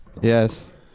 Yes